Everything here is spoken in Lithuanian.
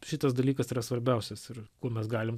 šitas dalykas yra svarbiausias ir kuo mes galim